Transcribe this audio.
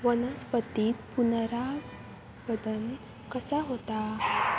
वनस्पतीत पुनरुत्पादन कसा होता?